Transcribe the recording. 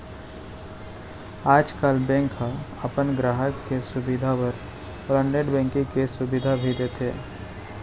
आजकाल बेंक ह अपन गराहक के सुभीता बर ओला नेट बेंकिंग के सुभीता दिये हे